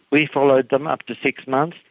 we followed them up to six months.